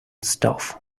stuff